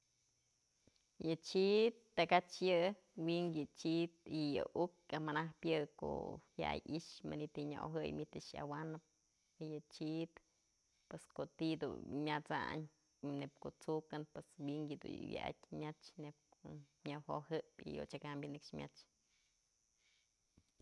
Yë chid takach yë wynkë yë chid, y yë uk amanajpë yë ko'o jaya'ay i'ixë manytë yë nya ojëy manytë yë yawanëp y yë chid pos ko ti'i dun myat'sayn neyb ko'o t'sukën wi'in yëdun wyat myach nyëwojojëp odyëkam nëkx myach.